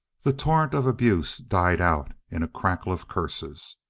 the torrent of abuse died out in a crackle of curses.